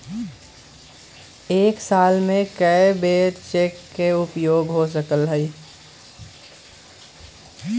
एक साल में कै बेर चेक के उपयोग हो सकल हय